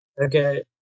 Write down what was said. Okay